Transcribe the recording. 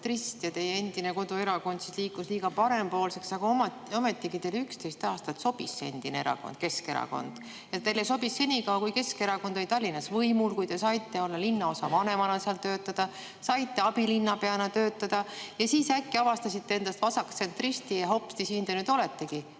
ja teie endine koduerakond muutus liiga parempoolseks. Aga ometigi teile 11 aastat sobis see erakond, Keskerakond. Teile sobis see senikaua, kui Keskerakond oli Tallinnas võimul, kui te saite olla linnaosa vanem, saite ka abilinnapeana töötada. Ja siis äkki avastasite endas vasaktsentristi ja, hopsti, siin te nüüd oletegi